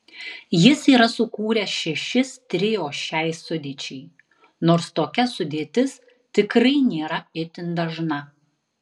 jis yra sukūręs šešis trio šiai sudėčiai nors tokia sudėtis tikrai nėra itin dažna